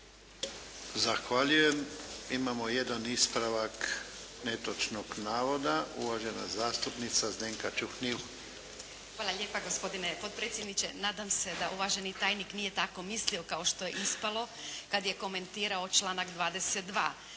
Ivan (HDZ)** Imamo jedan ispravak netočnog navoda uvažena zastupnica Zdenka Ćuhnil. **Čuhnil, Zdenka (Nezavisni)** Hvala lijepa gospodine potpredsjedniče. Nadam se da uvaženi tajnik nije tako mislio kao što je ispalo kad je komentirao članak 22.